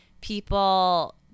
people